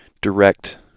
direct